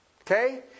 Okay